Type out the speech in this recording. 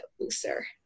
looser